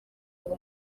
ngo